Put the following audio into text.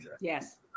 Yes